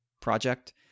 project